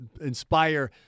inspire